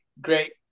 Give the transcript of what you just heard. great